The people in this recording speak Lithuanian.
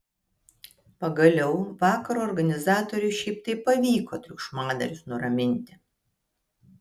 pagaliau vakaro organizatoriui šiaip taip pavyko triukšmadarius nuraminti